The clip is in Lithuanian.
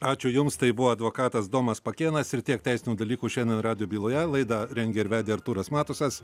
ačiū jums tai buvo advokatas domas pakėnas ir tiek teisinių dalykų šiandien radijo byloje laidą rengė ir vedė artūras matusas